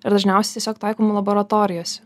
ir dažniausiai tiesiog taikoma laboratorijose